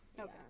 Okay